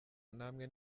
namwe